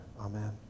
Amen